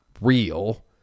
real